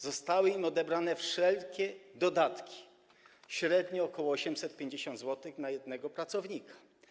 Zostały im odebrane wszelkie dodatki, średnio ok. 850 zł na jednego pracownika.